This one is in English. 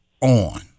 on